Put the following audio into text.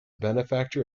benefactor